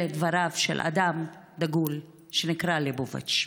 אלה דבריו של אדם דגול שנקרא ליבוביץ.